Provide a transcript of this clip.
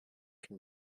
can